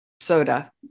soda